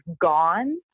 gone